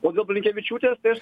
o dėl blinkevičiūtės tai aš